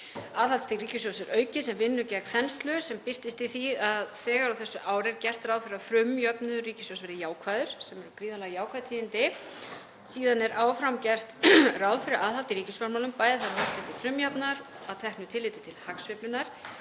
Aðhaldsstig ríkissjóðs er aukið sem vinnur gegn þenslu sem birtist í því að þegar á þessu ári er gert ráð fyrir að frumjöfnuður ríkissjóðs verði jákvæður sem eru gríðarlega jákvæð tíðindi. Áfram er gert ráð fyrir aðhaldi í ríkisfjármálum, bæði þegar horft er til frumjafnaðar að teknu tilliti til hagsveiflunnar